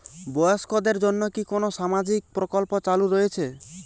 বয়স্কদের জন্য কি কোন সামাজিক প্রকল্প চালু রয়েছে?